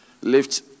lift